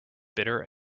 bitter